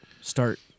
start